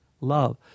love